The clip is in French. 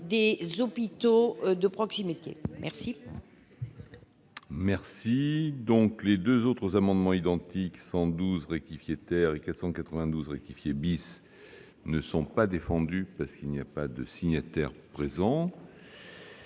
des hôpitaux de proximité. Les